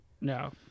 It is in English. No